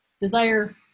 desire